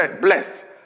blessed